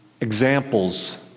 examples